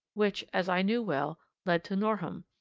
which, as i knew well, led to norham,